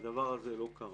והדבר הזה לא קרה.